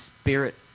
spirit